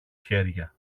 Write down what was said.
χέρια